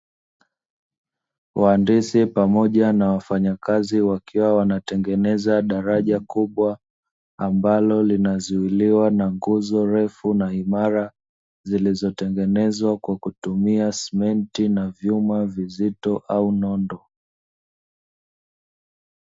Waandisi pamoja na wafanyakazi wakiwa wanatengeneza daraja kubwa, ambalo linazuiliwa na nguzo refu na imara, zilizotengenezwa kwa kutumia simenti na vyuma vizito au nondo.